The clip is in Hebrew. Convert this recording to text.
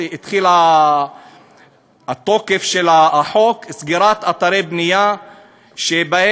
התחיל התוקף של החוק לסגירת אתרי בנייה שבהם